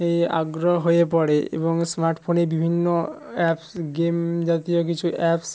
এই আগ্রহ হয়ে পড়ে এবং স্মার্ট ফোনে বিভিন্ন অ্যাপস গেম জাতীয় কিছু অ্যাপস